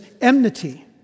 enmity